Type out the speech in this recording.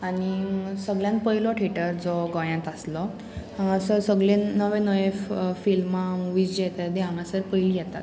आनी सगळ्यान पयलो थेटर जो गोंयांत आसलो हांगासर सगळे नवे नवे फिल्मां मुवीज जे येता ते हांगासर पयलीं येतात